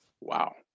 Wow